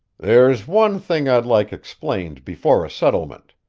there's one thing i'd like explained before a settlement,